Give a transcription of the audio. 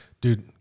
Dude